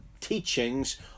teachings